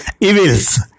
evils